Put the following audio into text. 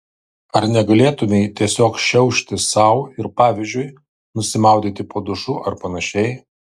ar negalėtumei tiesiog šiaušti sau ir pavyzdžiui nusimaudyti po dušu ar panašiai